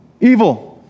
evil